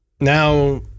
Now